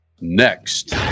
Next